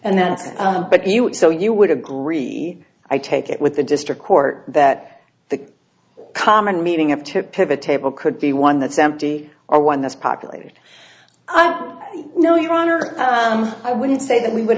and then but you so you would agree i take it with the district court that the common meeting up to pivot table could be one that's empty or one that's populated i don't know your honor i wouldn't say that we would